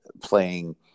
playing